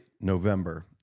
November